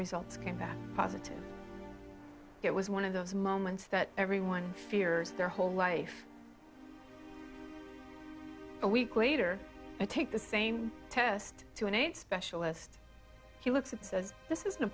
results came back positive it was one of those moments that everyone fears their whole life a week later i take the same test to an eight specialist he looks at says this isn't a